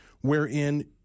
wherein